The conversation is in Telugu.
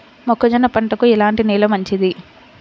మొక్క జొన్న పంటకు ఎలాంటి నేల మంచిది?